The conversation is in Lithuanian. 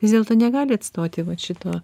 vis dėlto negali atstoti vat šito